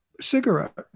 cigarette